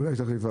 אולי יש תחליף,